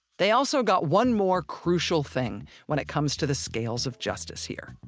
they also got one more crucial thing when it comes to the scales of justice here.